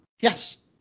Yes